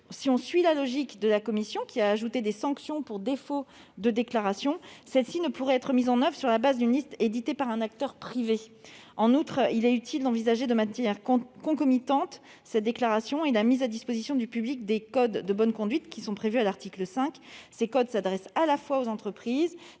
Si l'on suit la logique de la commission, qui a ajouté des sanctions pour défaut de déclaration, celles-ci ne pourraient pas être mises en oeuvre sur la base d'une liste éditée par un acteur privé. En outre, il est utile d'envisager cette déclaration de matière concomitante à la mise à disposition du public des codes de bonne conduite prévus à l'article 5. Or ces codes s'adressent à la fois aux entreprises